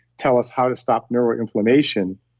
tell us how to stop neuroinflammation.